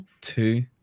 two